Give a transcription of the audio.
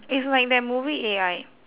it's like that movie A_I